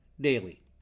daily